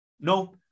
No